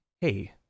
Hey